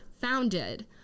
founded